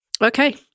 Okay